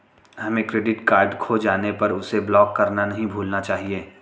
हमें credit card खो जाने पर उसे ब्लॉक करना नहीं भूलना चाहिए